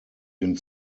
den